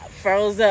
froze